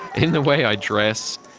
in the way i dress,